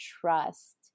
trust